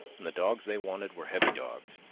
and the dogs they wanted were heavy dogs,